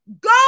Go